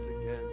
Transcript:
again